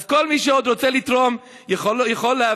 אז כל מי שעוד רוצה לתרום יכול להעביר